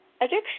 addiction